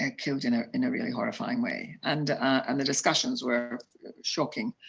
and killed in ah in a really horrifying way. and and the discussions were shocking.